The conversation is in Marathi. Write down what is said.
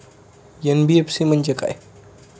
एन.बी.एफ.सी म्हणजे काय?